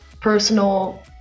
personal